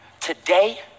Today